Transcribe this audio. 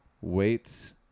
weights